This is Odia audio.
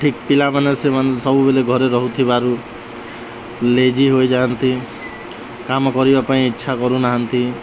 ଠିକ୍ ପିଲାମାନେ ସେମାନେ ସବୁବେଳେ ଘରେ ରହୁଥିବାରୁ ଲେଜି ହୋଇ ଯାଆନ୍ତି କାମ କରିବା ପାଇଁ ଇଚ୍ଛା କରୁନାହାନ୍ତି